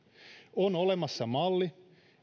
on olemassa malli